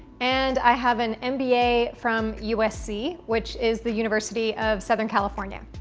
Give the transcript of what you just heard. and i have an mba from usc, which is the university of southern california.